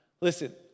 Listen